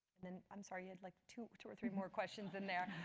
then i'm sorry, you had like two two or three more questions in there.